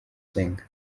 sing